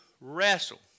wrestle